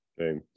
okay